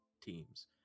teams